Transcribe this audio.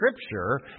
Scripture